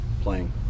playing